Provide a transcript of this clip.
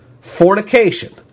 fornication